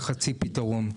זה חצי פתרון.